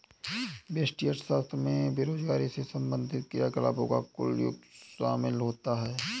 व्यष्टि अर्थशास्त्र में बेरोजगारी से संबंधित क्रियाकलापों का कुल योग शामिल होता है